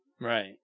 Right